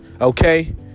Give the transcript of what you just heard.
Okay